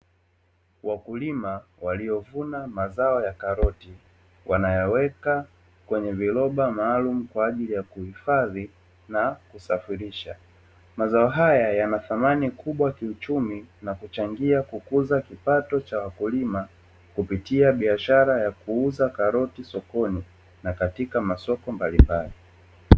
Wakulima waliovuna mazao ya koroti, wanaziweka kwenye viroba maalumu kwa ajili ya kuhifadhi na kusafirisha. Mazao haya yana thamani kubwa kiuchumi na kuchangia kukuza kipato cha wakulima kupitia biashara ya kuuza karoti sokoni na katika masoko mbalimbali.